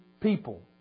people